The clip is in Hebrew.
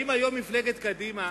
האם היום מפלגת קדימה